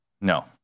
No